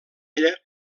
ella